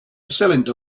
cylinder